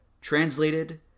translated